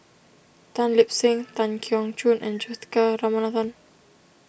Tan Lip Seng Tan Keong Choon and Juthika Ramanathan